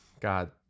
God